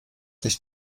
sich